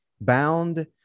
bound